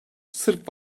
sırp